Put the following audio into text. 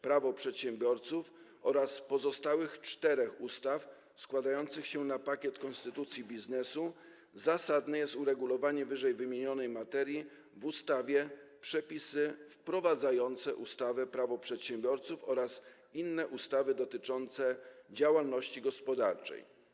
Prawo przedsiębiorców oraz pozostałych czterech ustaw składających się na pakiet „Konstytucja biznesu”, zasadne jest uregulowanie ww. materii w ustawie Przepisy wprowadzające ustawę Prawo przedsiębiorców oraz inne ustawy dotyczące działalności gospodarczej.